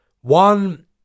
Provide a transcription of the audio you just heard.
One